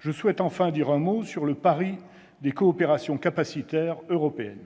Je souhaite enfin évoquer le pari des coopérations capacitaires européennes.